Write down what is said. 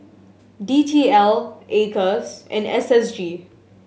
D T L Acres and S S G